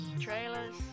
trailers